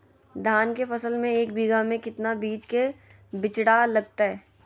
धान के फसल में एक बीघा में कितना बीज के बिचड़ा लगतय?